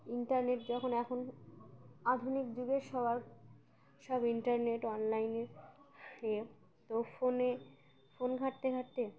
internet যখন এখন আধুনিক যুগের সবার সব ইন্টারনেট অনলাইনে এ তো ফোনে ফোন ঘাঁটতে ঘাঁটতে